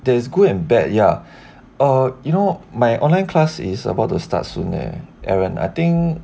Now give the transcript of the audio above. there's good and bad ya err you know my online class is about to start soon leh aaron I think